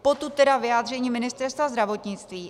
Potud tedy vyjádření Ministerstva zdravotnictví.